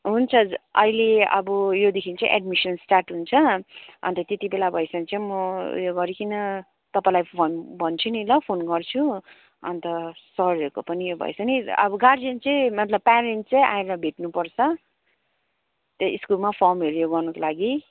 हुन्छ अहिले अब योदेखि चाहिँ एडमिसन स्टार्ट हुन्छ अन्त त्यति बेला भएछ भने चाहिँ म उयो गरिकन तपाईँलाई भन् भन्छु नि ल फोन गर्छु अन्त सरहरूको पनि यो भएछ भने अब गार्जियन चाहिँ मतलब प्यारेन्ट चाहिँ आएर भेट्नुपर्छ त्यही स्कुलमा फर्महरू यो गर्नुको लागि